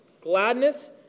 gladness